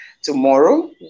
tomorrow